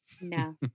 no